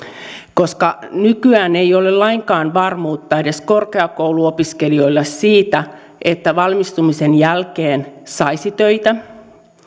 viimeiseen asti nykyään ei ole lainkaan varmuutta edes korkeakouluopiskelijoilla siitä että valmistumisen jälkeen saisi töitä